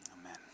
Amen